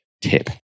tip